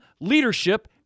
leadership